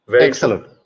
Excellent